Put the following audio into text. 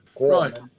Right